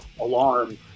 alarm